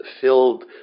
filled